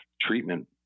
treatment